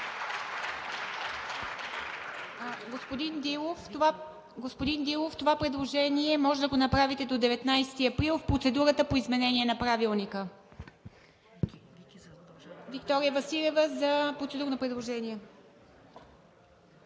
Господин Дилов, това предложение може да го направите до 19 април в процедурата по изменение на Правилника. Виктория Василева за процедурно предложение.